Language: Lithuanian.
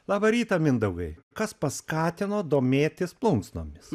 labą rytą mindaugai kas paskatino domėtis plunksnomis